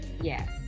Yes